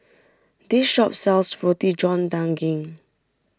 this shop sells Roti John Daging